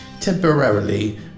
temporarily